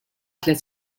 tliet